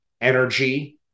energy